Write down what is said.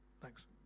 Thanks